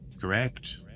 Correct